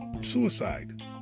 suicide